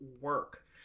work